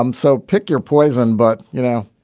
um so pick your poison but, you know,